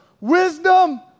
Wisdom